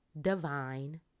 Divine